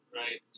right